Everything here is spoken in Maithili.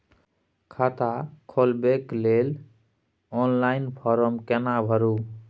खाता खोलबेके लेल ऑनलाइन फारम केना भरु?